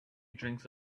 drinks